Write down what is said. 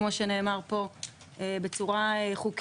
כמו שנאמר פה - בצורה חוקית.